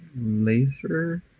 laser